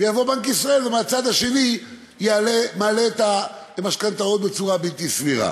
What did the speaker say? ובא בנק ישראל ומהצד האחר מעלה את המשכנתאות בצורה בלתי סבירה.